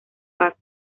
paz